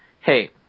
hey